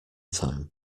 time